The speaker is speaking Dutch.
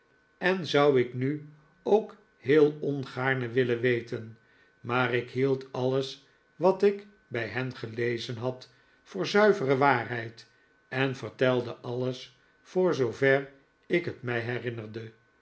en zou ik nu ook heel ongaarne willen weten maar ik hield alles wat ik bij hen gelezen had voor zuivere waarheid en vertelde alles voor zoover ik het mij herinnerde